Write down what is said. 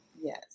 Yes